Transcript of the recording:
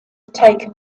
taken